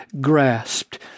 grasped